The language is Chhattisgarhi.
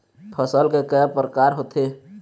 फसल के कय प्रकार होथे?